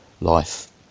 life